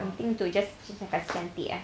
I think to just kasi cantik ah